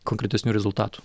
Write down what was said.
konkretesnių rezultatų